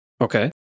Okay